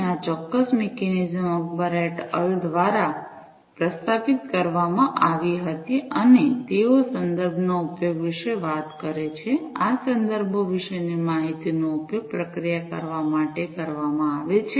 અને આ ચોક્કસ મિકેનિઝમ અકબર એટ અલ દ્વારા પ્રસ્તાવિત કરવામાં આવી હતી અને તેઓ સંદર્ભોના ઉપયોગ વિશે વાત કરે છે આ સંદર્ભો વિશેની માહિતીનો ઉપયોગ પ્રક્રિયા કરવા માટે કરવામાં આવે છે